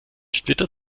splitter